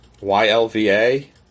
Y-L-V-A